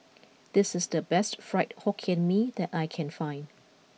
this is the best Fried Hokkien Mee that I can find